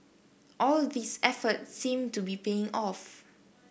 all these efforts seem to be paying off